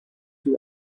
too